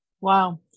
Wow